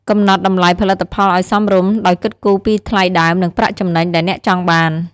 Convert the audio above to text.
កំណត់តម្លៃផលិតផលឱ្យសមរម្យ ដោយគិតគូរពីថ្លៃដើម និងប្រាក់ចំណេញដែលអ្នកចង់បាន។